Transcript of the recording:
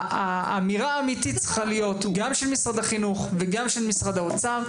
האמירה האמיתית צריכה להיות גם של משרד החינוך וגם של משרד האוצר.